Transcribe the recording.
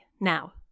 now